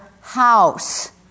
house